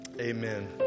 Amen